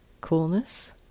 coolness